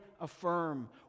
affirm